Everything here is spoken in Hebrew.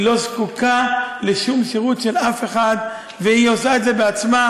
היא לא זקוקה לשום שירות של אף אחד והיא עושה את זה בעצמה,